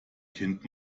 kind